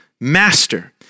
master